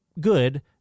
good